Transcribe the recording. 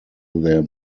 their